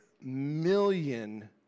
million